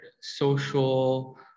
social